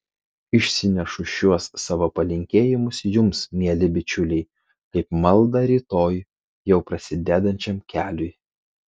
išsinešu šiuos savo palinkėjimus jums mieli bičiuliai kaip maldą rytoj jau prasidedančiam keliui